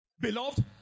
Beloved